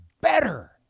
better